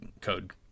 code